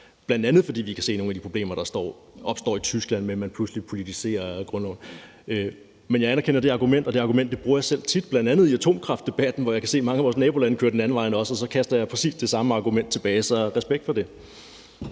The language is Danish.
bl.a. fordi vi kan se nogle af de problemer, der opstår i Tyskland, med at man pludselig politiserer grundloven. Men jeg anerkender argumentet, og jeg bruger det selv tit, bl.a. i atomkraftdebatten, hvor jeg kan se, at mange af vores nabolande kører en anden vej end os. Så kaster jeg præcis det samme argument tilbage, så respekt for det.